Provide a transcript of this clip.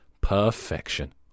Perfection